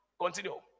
continue